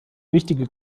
wichtige